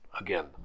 Again